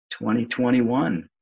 2021